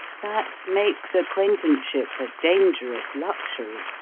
that makes acquaintanceship a dangerous luxury.